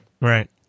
Right